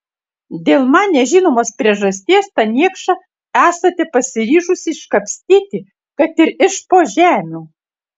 dėl man nežinomos priežasties tą niekšą esate pasiryžusi iškapstyti kad ir iš po žemių